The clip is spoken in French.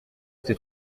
c’est